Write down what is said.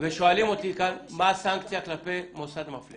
ושואלים אותי כאן מה הסנקציה כלפי מוסד מפלה.